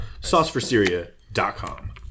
SauceForSyria.com